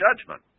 judgment